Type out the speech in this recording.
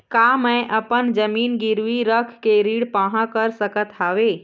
का मैं अपन जमीन गिरवी रख के ऋण पाहां कर सकत हावे?